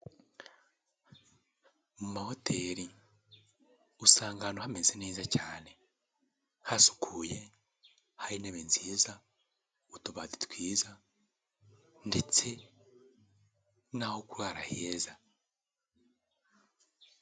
Mu mahoteli usanga hameze neza cyane hasukuye hari intebe nziza, utubati twiza ndetse n'aho kurara heza.